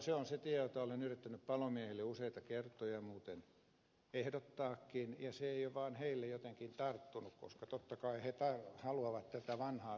se on se tie jota olen yrittänyt palomiehille useita kertoja muuten ehdottaakin ja se ei ole vaan heille jotenkin tarttunut koska he totta kai haluavat tätä vanhaa saavutettua etuutta takaisin